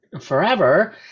forever